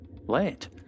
Let